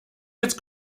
jetzt